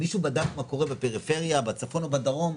מישהו בדק מה קורה בפריפריה, בצפון או בדרום?